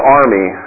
army